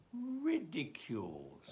ridicules